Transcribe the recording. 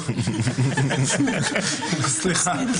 סליחה.